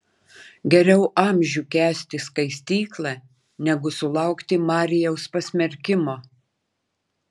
geriau amžių kęsti skaistyklą negu sulaukti marijaus pasmerkimo